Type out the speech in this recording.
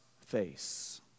face